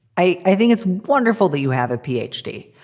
i i think it's wonderful that you have a p. h. d.